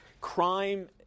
Crime